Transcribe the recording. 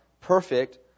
perfect